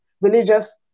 religious